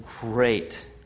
great